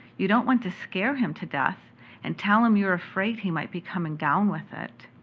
you don't want to scare him to death and tell him you're afraid he might be coming down with it.